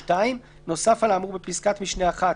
(2) נוסף על האמור בפסקת משנה (1),